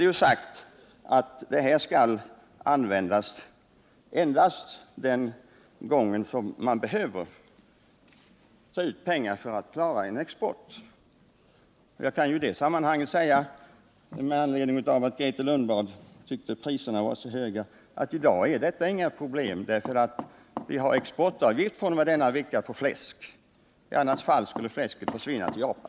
Det är sagt att förfarandet skall tillämpas endast den gång man behöver ta in pengar för att klara exportkostnader. Jag kan i det sammanhanget säga, med anledning av att Grethe Lundblad tyckte att priserna var så höga, att i dag är detta inget problem, för vi har exportavgift fr.o.m. denna vecka på fläsk. I annat fall skulle fläsket försvinna till Japan.